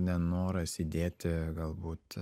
nenoras įdėti galbūt